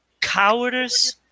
cowardice